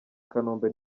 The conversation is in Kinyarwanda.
kanombe